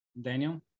Daniel